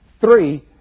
Three